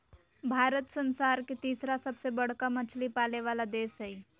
भारत संसार के तिसरा सबसे बडका मछली पाले वाला देश हइ